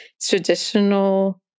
traditional